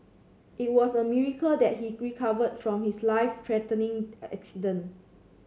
it was a miracle that he recovered from his life threatening accident